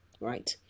right